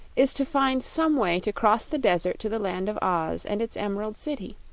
is to find some way to cross the desert to the land of oz and its emerald city.